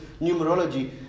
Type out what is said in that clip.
numerology